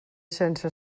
sense